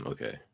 Okay